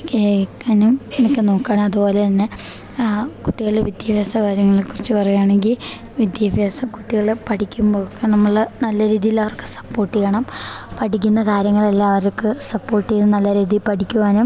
കേൾക്കാനും ഒക്കെ നോക്കണം അതുപോലെ തന്നെ കുട്ടികളുടെ വിദ്യാഭ്യാസ കാര്യങ്ങളെക്കുറിച്ച് പറയുകയാണെങ്കിൽ വിദ്യാഭ്യാസം കുട്ടികൾ പഠിക്കുമ്പോൾ നമ്മൾ നല്ല രീതിയിലവർക്ക് സപ്പോർട്ട് ചെയ്യണം പഠിക്കുന്ന കാര്യങ്ങളിൽ എല്ലാം അവർക്ക് സപ്പോർട്ട് ചെയ്യും നല്ല രീതിയിൽ പഠിക്കുവാനും